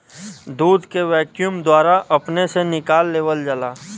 दूध के वैक्यूम द्वारा अपने से निकाल लेवल जाला